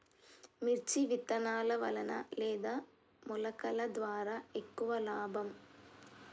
మిర్చి విత్తనాల వలన లేదా మొలకల ద్వారా ఎక్కువ లాభం?